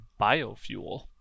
biofuel